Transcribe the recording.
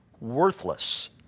worthless